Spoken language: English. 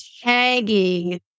tagging